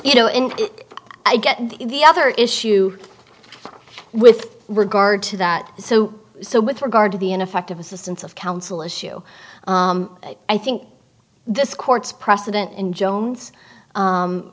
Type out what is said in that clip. you know i get the other issue with regard to that so so with regard to the ineffective assistance of counsel issue i think this court's precedent in jones